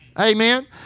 amen